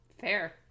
Fair